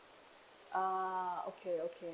uh okay okay